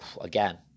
again